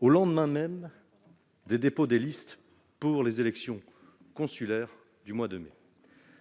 au lendemain même des dépôts des listes pour les élections consulaires du mois de mai